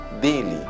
daily